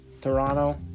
Toronto